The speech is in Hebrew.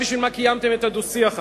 בשביל מה קיימתם את הדו-שיח הזה?